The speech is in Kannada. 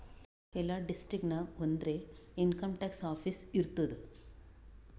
ಎಲ್ಲಾ ಡಿಸ್ಟ್ರಿಕ್ಟ್ ನಾಗ್ ಒಂದರೆ ಇನ್ಕಮ್ ಟ್ಯಾಕ್ಸ್ ಆಫೀಸ್ ಇರ್ತುದ್